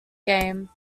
game